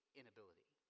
inability